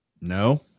No